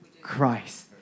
Christ